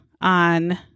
on